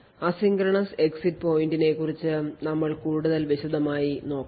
asynchronous exit പോയിന്ററിനെക്കുറിച്ച് നമ്മൾ കൂടുതൽ വിശദമായി നോക്കാം